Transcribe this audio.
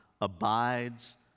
abides